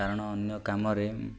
କାରଣ ଅନ୍ୟ କାମରେ